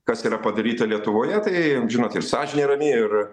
kas yra padaryta lietuvoje tai žinot ir sąžinė rami ir